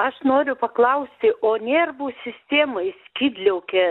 aš noriu paklausti o nervų sistemai skydliaukė